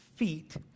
feet